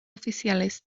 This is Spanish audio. oficiales